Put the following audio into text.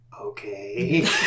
Okay